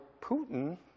Putin